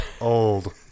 Old